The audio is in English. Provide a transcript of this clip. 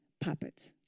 puppets